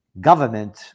government